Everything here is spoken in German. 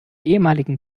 ehemaligen